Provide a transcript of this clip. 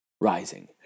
Rising